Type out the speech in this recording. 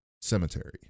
cemetery